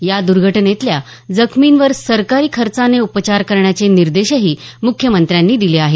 या दर्घटनेतल्या जखमींवर सरकारी खर्चाने उपचार करण्याचे निर्देशही मुख्यमंत्र्यांनी दिले आहेत